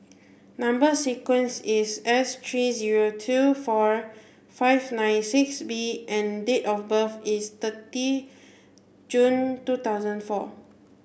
number sequence is S three zero two four five nine six B and date of birth is thirty June two thousand four